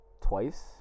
twice